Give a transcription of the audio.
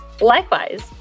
Likewise